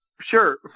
Sure